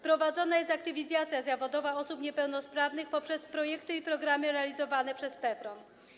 Prowadzona jest aktywizacja zawodowa osób niepełnosprawnych poprzez projekty i programy realizowane przez PFRON.